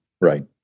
right